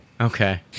Okay